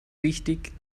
wichtig